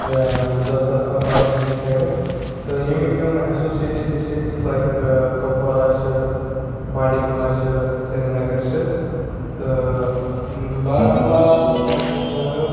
مُظَفر آباد اوٗڑی سایڈَس تہٕ ییٚمِکۍ یِم اٮ۪سوسیٹِڈ ڈِسٹرٛکِس لایک کۄپوارہ چھِ بانڈی پورہ چھِ سرینگر چھِ تہٕ بارہمولہ ہَسا چھِ